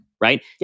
right